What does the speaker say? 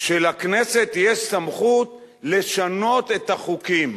שלכנסת יש סמכות לשנות את החוקים.